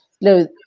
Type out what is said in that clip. no